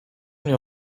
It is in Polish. mnie